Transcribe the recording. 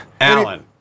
Alan